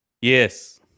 Yes